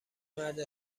مرد